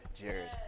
Jared